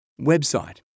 Website